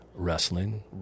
Wrestling